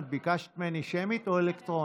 את ביקשת ממני שמית או אלקטרונית?